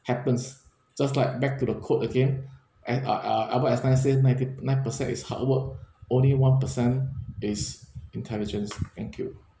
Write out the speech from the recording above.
happens just like back to the quote again and a~ a~ albert einstein say ninety p~ nine per cent is hard work only one per cent is intelligence thank you